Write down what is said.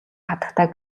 хатагтай